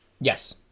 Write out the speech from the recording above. Yes